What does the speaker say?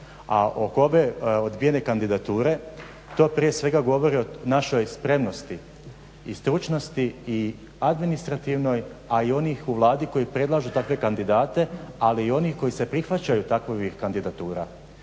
A oko ove odbijene kandidature, to prije svega govori o našoj spremnosti i stručnosti i administrativnoj, a i onih u Vladi koji predlažu takve kandidate, ali i onih koji se prihvaćaju takvih kandidatura,